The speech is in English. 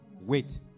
Wait